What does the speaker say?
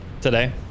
today